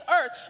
earth